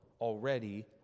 already